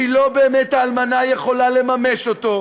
כי לא באמת האלמנה יכולה לממש אותו.